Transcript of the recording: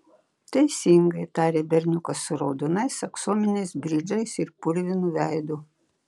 teisingai tarė berniukas su raudonais aksominiais bridžais ir purvinu veidu